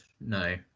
no